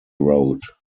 road